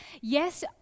yes